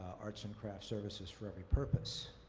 arts and crafts services for every purpose.